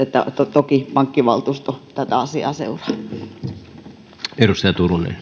toki pankkivaltuusto tätä asiaa